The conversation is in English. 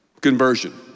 conversion